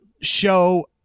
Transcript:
show